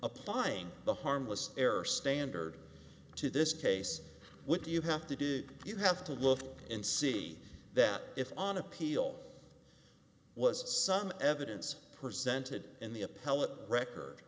applying the harmless error standard to this case would you have to do you have to look and see that if on appeal was some evidence presented in the